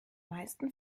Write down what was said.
meisten